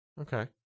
Okay